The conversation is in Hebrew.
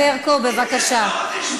חברת הכנסת ברקו, בבקשה.